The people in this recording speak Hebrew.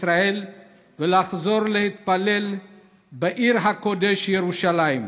ישראל ולחזור להתפלל בעיר הקודש ירושלים.